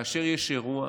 כאשר יש אירוע,